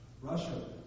Russia